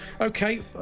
Okay